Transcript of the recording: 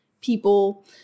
people